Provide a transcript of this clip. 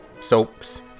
Soaps